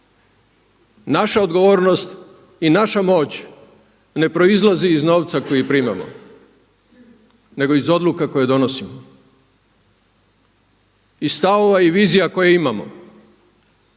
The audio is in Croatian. Naša odgovornost i naša moć ne proizlaze iz novac koji primamo nego iz odluka koje donosimo, i stavova i vizija koje imamo